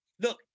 Look